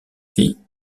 vie